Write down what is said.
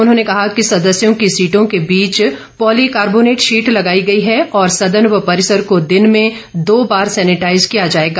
उन्होंने कहा कि सदस्यों की सीटों के बीच पॉली कार्बोनेट शीट लगाई गई है और सदन व परिसर को दिन में दो बार सेनिटाइज किया जाएगा